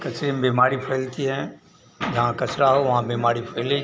कचरे म बीमारी फैलती है जहाँ कचरा हो वहाँ बीमारी फैलेगी